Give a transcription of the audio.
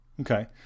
Okay